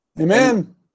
Amen